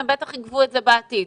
הן בטח יגבו אותם בעתיד.